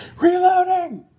Reloading